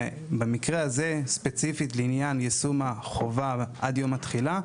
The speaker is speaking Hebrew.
במקרה הזה ספציפית לעניין יישום החובה עד יום התחילה,